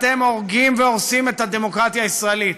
אתם הורגים והורסים את הדמוקרטיה הישראלית,